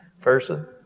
person